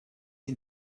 can